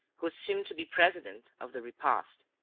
who assumed to be president of the repast.